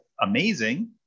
amazing